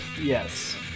Yes